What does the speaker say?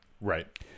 Right